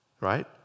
right